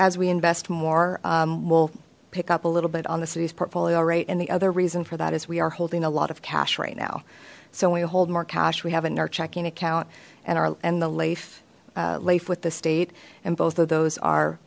as we invest more we'll pick up a little bit on the city's portfolio rate and the other reason for that is we are holding a lot of cash right now so we hold more cash we have in our checking account and are in the life life with the state and both of those are